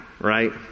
right